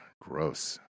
Gross